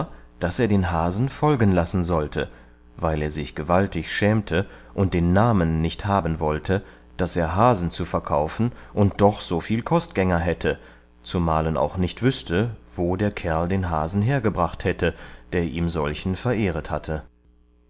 daß er den hasen folgen lassen sollte weil er sich gewaltig schämte und den namen nicht haben wollte daß er hasen zu verkaufen und doch so viel kostgänger hätte zumalen auch nicht wüßte wo der kerl den hasen hergebracht hätte der ihme solchen verehret hatte